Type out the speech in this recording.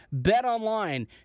Betonline